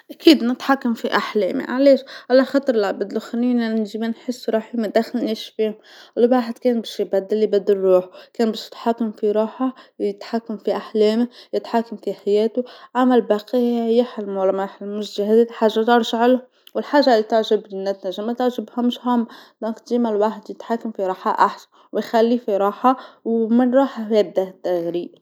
أكيد نتحكم في أحلامي، علاش، علاخاطر العباد لخرين ديما نحس روحي ما داخلنيش فيهم، الواحد كان باش يبدل يبدل الروح، كان باش يتحكم في روحه يتحكم في أحلامه يتحكم في حياتو، العمل الباقي يحلم ولا ما يحلمش هاذي الحاجه والحاجه اللي تعجبني تنجم ما تعجبهمش هوما، إذن ديما الواحد يتحكم في روحه أحسن ويخليه في روحه ومن روحه يبداه التغيير.